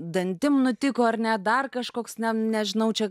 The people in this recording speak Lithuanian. dantim nutiko ar ne dar kažkoks ne nežinau čia